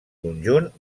conjunt